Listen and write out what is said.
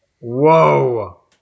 Whoa